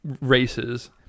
races